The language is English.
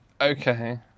Okay